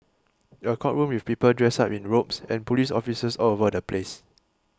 a courtroom with people dressed up in robes and police officers all over the place